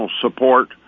support